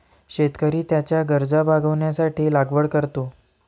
शेतकरी त्याच्या गरजा भागविण्यासाठी लागवड करतो